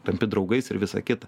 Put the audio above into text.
tampi draugais ir visa kita